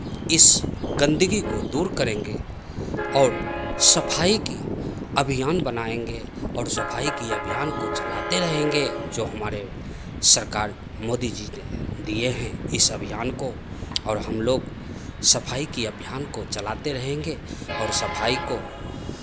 इस गंदगी को दूर करेंगे और सफाई की अभियान बनाएँगे और सफाई की अभियान को चलाते रहेंगे जो हमारे सरकार मोदी जी ने दिए हैं इस अभियान को और हम लोग सफाई की अभियान को चलाते रहेंगे और सफाई को